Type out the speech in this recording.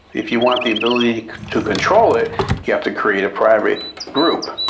if you want the ability to control it you have to create a private group.